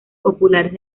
populares